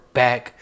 back